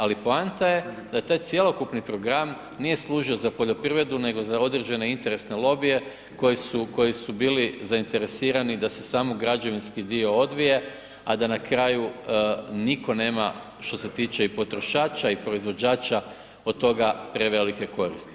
Ali poanta je da je taj cjelokupni program nije služio za poljoprivredu nego za određene interesne lobije koji su bili zainteresirani da se samo građevinski dio odbije, a da ne kraju nitko nema što se tiče potrošača i proizvođača od toga prevelike koristi.